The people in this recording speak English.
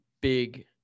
big